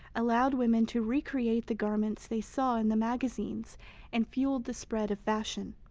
allowed women to recreate the garments they saw in the magazines and fueled the spread of fashion.